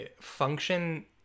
Function